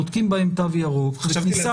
בודקים בהם תו ירוק --- חשבתי להציע